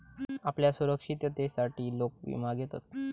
आपल्या सुरक्षिततेसाठी लोक विमा घेतत